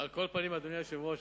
אדוני היושב-ראש,